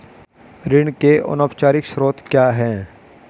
ऋण के अनौपचारिक स्रोत क्या हैं?